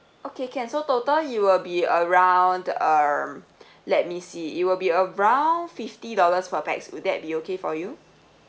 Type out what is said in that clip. okay can so total it will be around err let me see it will be around fifty dollars per pax will that be okay for you